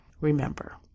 Remember